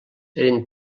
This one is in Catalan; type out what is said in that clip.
eren